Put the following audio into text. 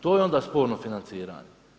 To je onda sporno financiranje.